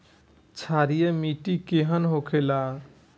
क्षारीय मिट्टी केहन होखेला?